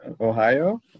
Ohio